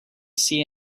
see